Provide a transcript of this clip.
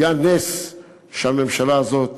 היה נס שהממשלה הזאת